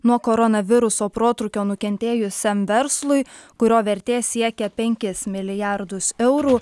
nuo koronaviruso protrūkio nukentėjusiam verslui kurio vertė siekia penkis milijardus eurų